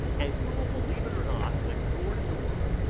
and google, believe it or not, went door to door,